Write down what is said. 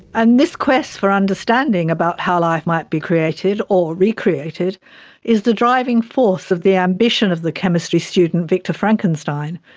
and this quest for understanding about how life might be created or recreated is the driving force of the ambition of the chemistry student victor frankenstein,